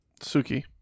Suki